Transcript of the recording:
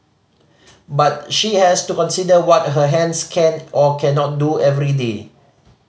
but she has to consider what her hands can or cannot do every day